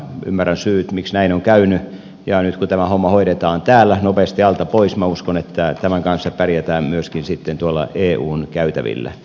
ymmärrän syyt miksi näin on käynyt ja nyt kun tämä homma hoidetaan täällä nopeasti alta pois minä uskon että tämän kanssa pärjätään myöskin sitten tuolla eun käytävillä